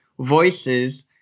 Voices